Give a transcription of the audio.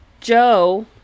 Joe